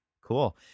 cool